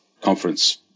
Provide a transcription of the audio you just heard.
conference